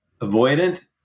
avoidant